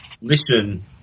listen